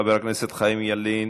חבר הכנסת חיים ילין,